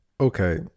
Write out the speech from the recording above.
Okay